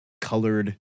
colored